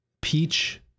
Peach